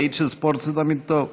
יעיד שספורט זה תמיד טוב.